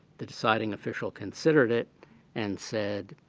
the deciding official considered it and said,